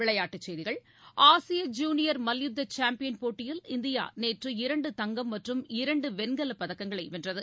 விளையாட்டுச் செய்திகள் ஆசிய ஜூனியர் மல்யுத்தசேம்பியன்போட்டியில் இந்தியாநேற்று இரண்டு தங்கம் மற்றும் இரண்டுவெண்கலப் பதக்கங்களைவென்றது